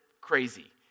crazy